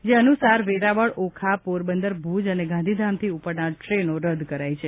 જે અનુસાર આજે વેરાવળ ઓખાપોરબંદર ભુજ અને ગાંધીધામથી ઉપડનાર ટ્રેનો રદ્દ કરાઇ છે